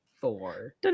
four